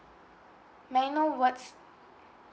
may I know what's